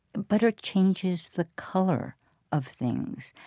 butter changes the color of things.